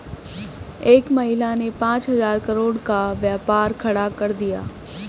एक महिला ने पांच हजार करोड़ का व्यापार खड़ा कर दिया